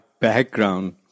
background